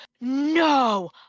no